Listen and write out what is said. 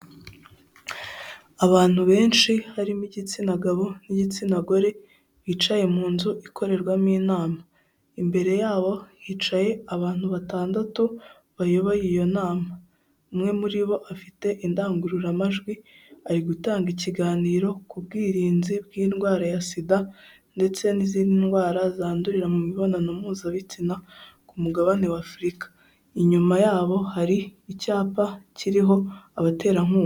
Abantu benshi harimo igitsina gabo n'igitsina gore bicaye mu nzu ikorerwamo inama imbere yabo hicaye abantu batandatu bayoboye iyo nama umwe muri bo afite indangururamajwi ari gutanga ikiganiro ku bwirinzi bw'indwara ya Sida ndetse n'izindi ndwara zandurira mu mibonano mpuzabitsina ku mugabane wa Afurika inyuma yabo hari icyapa kiriho abaterankunga.